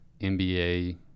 NBA